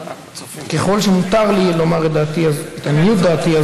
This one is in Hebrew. ככל שמותר לי לומר את עניות דעתי,